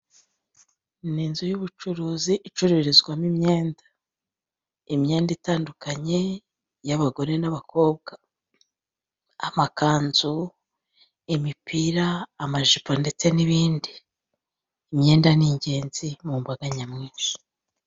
Ni inzu y'ubucuruzi, icururizwamo imyenda. Imyenda itandukanye y'abagore n'abakobwa. Amakanzu, imipira, amajipo, ndetse n'ibindi. Imyenda ni ingenzi mu mbaga nyamwinshi.